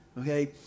Okay